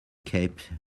cape